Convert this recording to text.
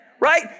right